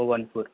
Bhabanipur